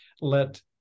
let